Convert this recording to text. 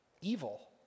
evil